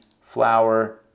flour